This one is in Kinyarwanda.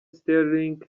sterling